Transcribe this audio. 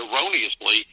erroneously